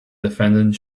defendant